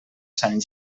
sant